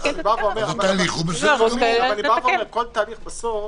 אבל כל תהליך בסוף